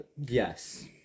yes